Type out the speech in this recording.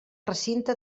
recinte